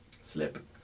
slip